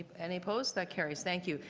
any opposed? that carries. thank you.